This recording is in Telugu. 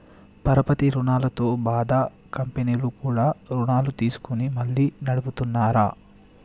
పరపతి రుణాలతో బాధ కంపెనీలు కూడా రుణాలు తీసుకొని మళ్లీ నడుపుతున్నార